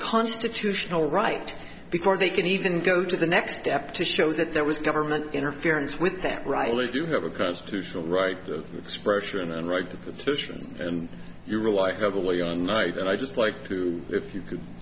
constitutional right before they can even go to the next step to show that there was government interference with that right always do have a constitutional right of expression and right to petition and you rely heavily on night and i'd just like to if you could